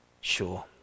sure